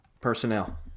Personnel